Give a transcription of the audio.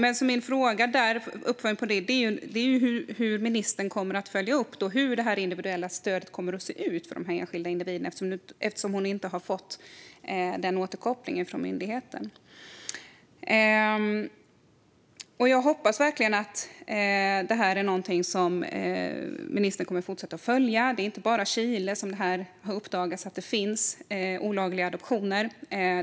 En uppföljning på min fråga är hur ministern kommer att följa upp detta och hur det individuella stödet kommer att se ut för den här enskilda individen eftersom hon inte har fått återkoppling från myndigheten. Jag hoppas verkligen att det här är någonting som ministern kommer att fortsätta följa. Det är inte bara i Chile som olagliga adoptioner har uppdagats.